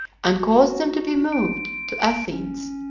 and caused them to be removed to athens,